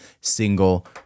single